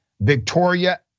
Victoria